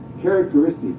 characteristic